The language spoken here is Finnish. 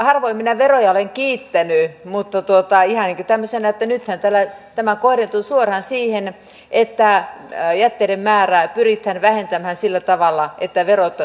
harvoin minä veroja olen kiittänyt mutta nythän tämä kohdentuu suoraan siihen että jätteiden määrää pyritään vähentämään sillä tavalla että verot korottuvat